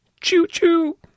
Choo-choo